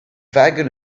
wagon